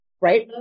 Right